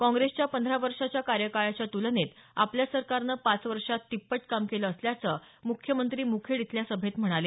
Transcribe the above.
काँग्रेसच्या पंधरा वर्षांच्या कार्यकाळाच्या तुलनेत आपल्या सरकारनं पाच वर्षांत तिप्पट काम केलं असल्याचं मुख्यमंत्री मुखेड इथल्या सभेत म्हणाले